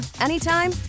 anytime